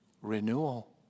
renewal